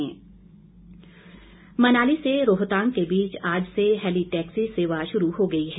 है ली टैक्सी मनाली से रोहतांग के बीच आज से हैली टैक्सी सेवा शुरू हो गई है